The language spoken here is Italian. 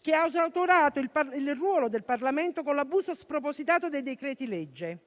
che ha esautorato il ruolo del Parlamento con l'abuso spropositato dei decreti-legge.